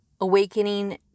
awakening